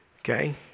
okay